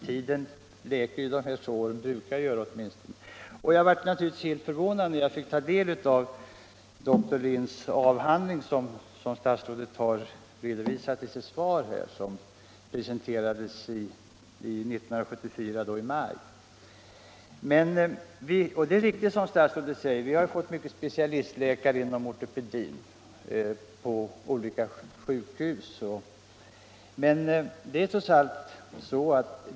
Tiden läker ju såren — den brukar åtminstone göra det. Jag blev helt förvånad när jag fick ta del av dr Linds avhandling som presenterades i maj 1974 och som statsrådet har redovisat i sitt svar. Det är riktigt som statsrådet säger, att vi har fått många specialistläkare inom ortopedi på olika sjukhus.